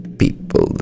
people